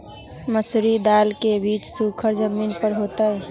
मसूरी दाल के बीज सुखर जमीन पर होतई?